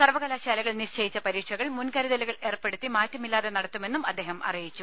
സർവ്വകലാശാലകൾ നിശ്ചയിച്ച പരീക്ഷകൾ മുൻകരുതലുകൾ ഏർപ്പെടുത്തി മാറ്റമില്ലാതെ നടത്തുമെന്നും അദ്ദേഹം അറിയിച്ചു